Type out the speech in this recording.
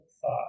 thought